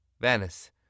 Venice